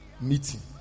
meeting